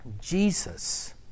Jesus